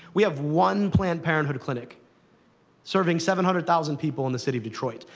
we have one planned parenthood clinic serving seven hundred thousand people in the city of detroit.